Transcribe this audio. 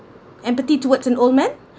empathy towards an old man